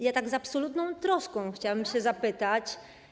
I tak z absolutną troską chciałabym się zapytać.